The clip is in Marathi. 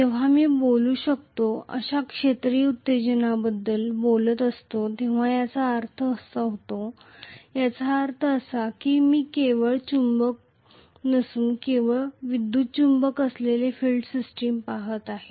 जेव्हा मी बदलू शकतो अशा फील्ड एक्साइटेशन बद्दल बोलत असतो तेव्हा हे वैध होते याचा अर्थ असा की मी केवळ चुंबक पहात नसून केवळ विद्युत चुंबक असलेली फील्ड सिस्टम पहात आहे